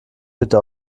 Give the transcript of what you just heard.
bitte